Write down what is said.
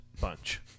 bunch